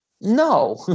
No